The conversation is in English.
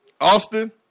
Austin